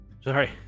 sorry